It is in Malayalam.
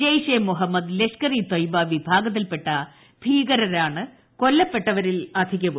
ജെയ്ഷെ മുഹമ്മദ് ലഷ്കർ ഇ തൊയ്ബ വിഭാഗത്തിൽപ്പെട്ട ഭീകരരാണ് കൊല്ലപ്പെട്ടവരിൽ അധികവും